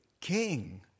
king